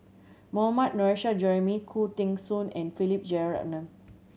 Mohammad Nurrasyid Juraimi Khoo Teng Soon and Philip Jeyaretnam